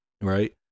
Right